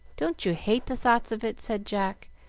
don't you hate the thoughts of it? said jack,